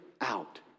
out